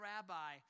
Rabbi